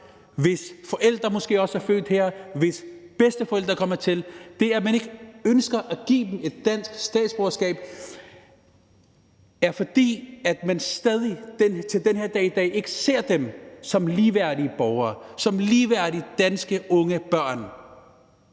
hvis forældre måske også er født her, og hvis bedsteforældre kom hertil – et dansk statsborgerskab, er, at man stadig den dag i dag ikke ser dem som ligeværdige borgere, som ligeværdige danske unge og børn.